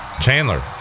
Chandler